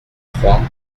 trois